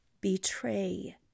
betray